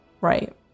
Right